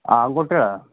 ആൺകുട്ടിയാണ്